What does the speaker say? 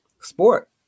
sport